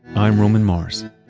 i'm roman mars